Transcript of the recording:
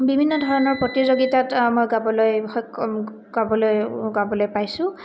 বিভিন্ন ধৰণৰ প্ৰতিযোগিতাত মই গাবলৈ গাবলৈ গাবলৈ পাইছোঁ